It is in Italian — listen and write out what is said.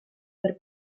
per